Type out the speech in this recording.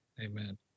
Amen